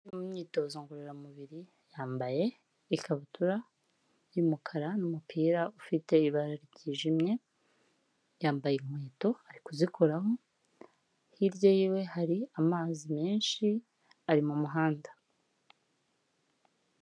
Mu myitozo ngororamubiri yambaye ikabutura y'umukara n'umupira ufite ibara ryijimye, yambaye inkweto ari kuzikuramo, hirya yiwe hari amazi menshi ari mu muhanda.